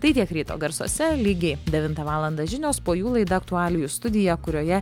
tai tiek ryto garsuose lygiai devintą valandą žinios po jų laida aktualijų studija kurioje